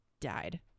died